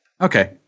Okay